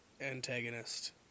antagonist